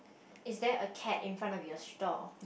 is there a cat in front of your store